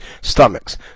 stomachs